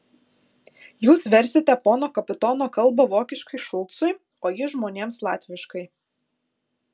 jūs versite pono kapitono kalbą vokiškai šulcui o jis žmonėms latviškai